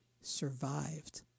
survived